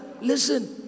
listen